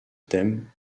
thème